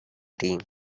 team